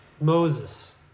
Moses